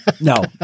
No